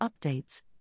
updates